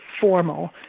formal